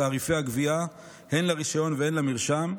את תעריפי הגבייה הן לרישיון והן למרשם.